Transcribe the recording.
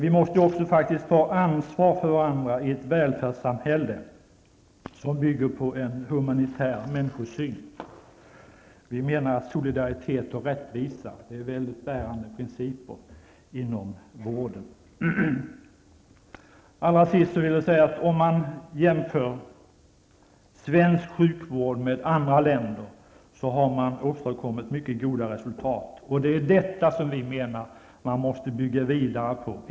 Vi måste också ta ansvar för varandra i ett välfärdssamhälle som bygger på en humanitär människosyn. Solidaritet och rättvisa är bärande principer inom vården. Avslutningsvis vill jag säga att om man jämför svensk sjukvård med andra länders sjukvård finner man att vi i Sverige har åstadkommit mycket goda resultat. Vi menar att man måste bygga vidare på detta.